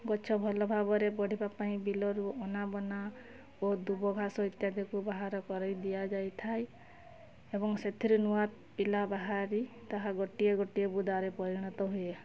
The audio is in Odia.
ଗଛ ଭଲ ଭାବରେ ବଢ଼ିବା ପାଇଁ ବିଲରୁ ଅନାବନା ଓ ଦୁବଘାସ ଇତ୍ୟାଦିକୁ ବାହାର କରି ଦିଆଯାଇଥାଏ ଏବଂ ସେଥିରେ ନୂଆ ପିଲା ବାହାରି ତାହା ଗୋଟିଏ ଗୋଟିଏ ବୁଦାରେ ପରିଣତ ହୁଏ